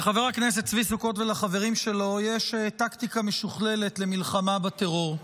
לחבר הכנסת צבי סוכות ולחברים שלו יש טקטיקה משוכללת למלחמה בטרור.